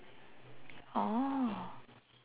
oh